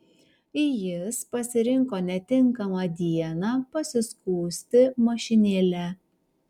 jis pasirinko netinkamą dieną pasiskųsti mašinėle